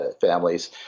families